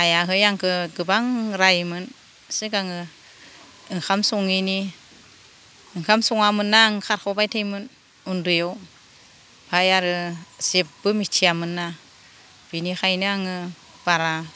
आइआहाय आंखो गोबां रायोमोन सिगाङो ओंखाम सङैनि ओंखाम सङामोनना आं खारखावबाय थायोमोन उन्दैयाव फाय आरो जेब्बो मिथियामोनना बिनिखायनो आङो बारा